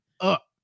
up